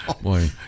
Boy